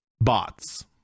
bots